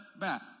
back